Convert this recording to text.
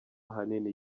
ahanini